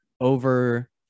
Over